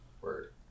Word